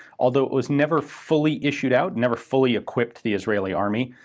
although it was never fully issued out, never fully equipped the israeli army.